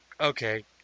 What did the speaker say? okay